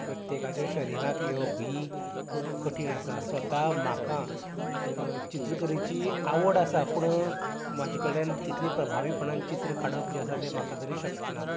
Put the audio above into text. प्रत्येकाच्या शरिरांत येवप ही खूब कठीण आसा स्वता म्हाका चित्रकलेची आवड आसा पूण म्हाजे कडल्यान तितल्या प्रभावीपणान चित्र काडप जे आसा ते म्हाका तरी शक्य ना